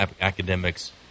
academics